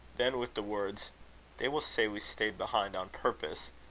then with the words they will say we stayed behind on purpose,